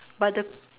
but the